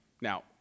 Now